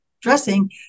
dressing